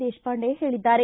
ದೇಶಪಾಂಡೆ ಹೇಳಿದ್ದಾರೆ